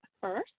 first